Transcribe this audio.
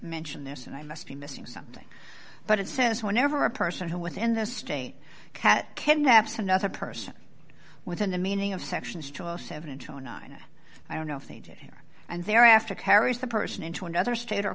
mentioned this and i must be missing something but it says whenever a person who within the state cat kidnaps another person within the meaning of sections to a seven to nine i don't know if they did here and there after carries the person into another state or